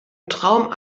traum